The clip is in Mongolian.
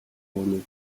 үүнийг